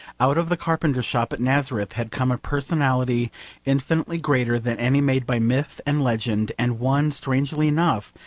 out of the carpenter's shop at nazareth had come a personality infinitely greater than any made by myth and legend, and one, strangely enough,